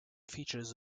features